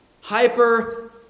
hyper